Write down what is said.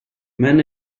men